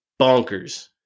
bonkers